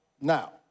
Now